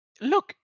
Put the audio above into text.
Look